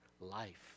life